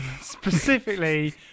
Specifically